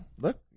look